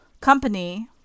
company